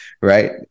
right